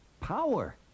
Power